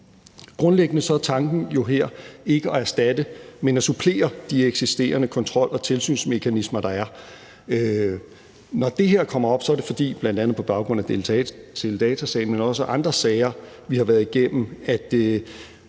Grundliggende er tanken jo her ikke at erstatte, men at supplere de eksisterende kontrol- og tilsynsmekanismer, der er. Når det her kommer op – bl.a. på baggrund af teledatasagen, men også andre sager, vi har været igennem –